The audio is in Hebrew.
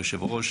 היושב-ראש,